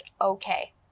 okay